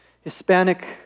Hispanic